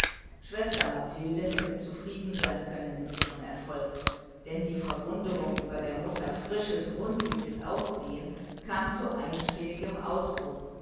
schwester mathilde hätte zufrieden sein können mit ihrem erfolg denn die verwunderung über der mutter frisches rundliches aussehen kam zu einstimmigem ausdruck